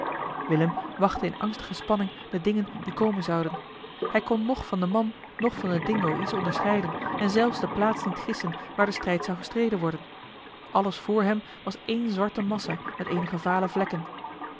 willem wachtte in angstige spanning de dingen die komen zouden hij kon noch van den man noch van den dingo iets onderscheiden en zelfs de plaats niet gissen waar de strijd zou gestreden worden alles vr hem was ééne zwarte massa met eenige vale vlekken